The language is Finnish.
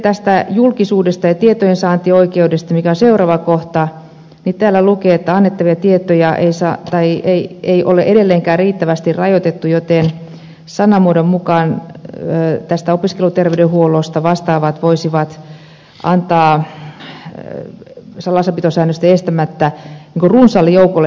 sitten julkisuudesta ja tietojensaantioikeudesta mikä on seuraava kohta täällä lukee että annettavia tietoja ei ole edelleenkään riittävästi rajoitettu joten sanamuodon mukaan opiskelijaterveydenhuollosta vastaavat voisivat antaa salassapitosäännösten estämättä tietoja runsaalle joukolle henkilöstöä